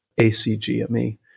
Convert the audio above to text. ACGME